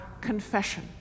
confession